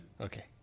okay